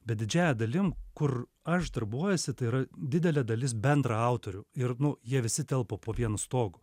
bet didžiąja dalim kur aš darbuojuosi tai yra didelė dalis bendraautorių ir nu jie visi telpa po vienu stogu